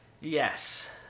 Yes